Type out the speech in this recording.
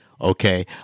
okay